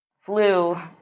flu